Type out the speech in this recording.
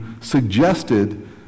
suggested